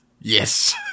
Yes